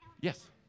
Yes